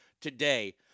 today